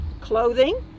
clothing